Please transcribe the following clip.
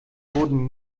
wurden